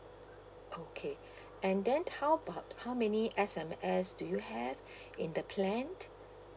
okay and then how about how many S_M_S do you have in the plan